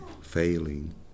failing